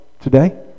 today